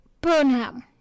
Burnham